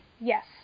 Yes